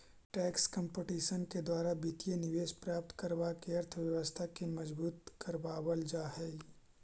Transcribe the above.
tax competition के द्वारा वित्तीय निवेश प्राप्त करवा के अर्थव्यवस्था के मजबूत करवा वल जा हई